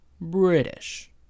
British